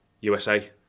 USA